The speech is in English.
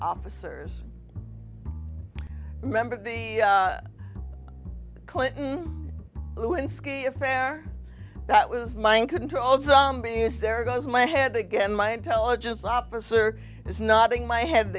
officers remember the clinton lewinsky affair that was mind control somebody is there goes my head again my intelligence officer it's not in my head